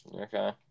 Okay